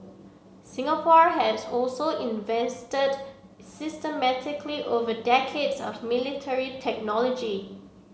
Singapore has also invested systematically over decades of military technology